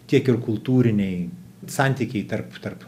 tiek ir kultūriniai santykiai tarp tarp